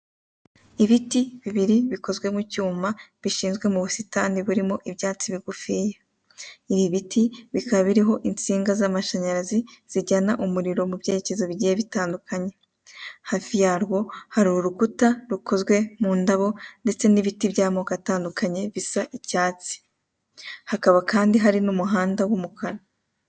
Ibiti bibiri bikozwe mu cyuma bishinzwe mu busitani burimo ibyatsi bigufiya. Ibi biti bikaba biriho insinga z'amashanyarazi zijyana umuriro mu byerekezo bigiye bitandukanye. Hafi yarwo hari urukuta rukozwe mu ndabo ndetse n'ibiti by'amoko atandukanye bisa icyatsi. Hakaba kandi hari n'umuhanda w'umukara.